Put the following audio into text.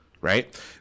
right